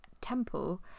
temple